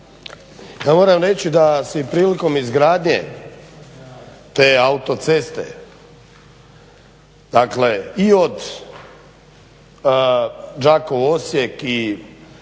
Ja moram reći da se prilikom izgradnje te autoceste i od Đakovo-Osijek i